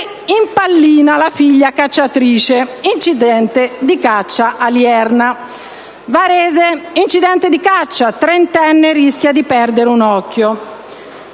impallina la figlia cacciatrice, incidente di caccia a Lierna». «Varese - Incidente di caccia, trentenne rischia di perdere un occhio».